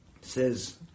says